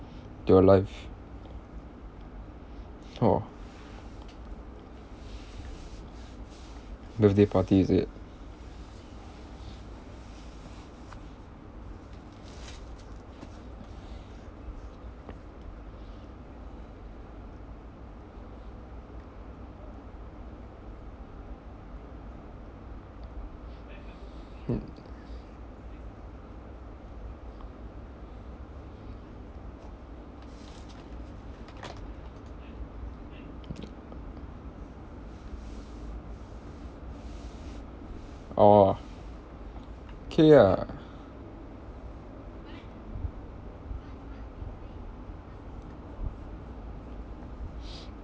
to your life [ho] birthday party is it hmm orh okay ah